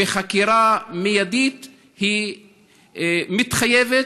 וחקירה מיידית היא מתחייבת,